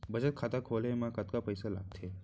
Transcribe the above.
बचत खाता खोले मा कतका पइसा लागथे?